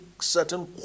certain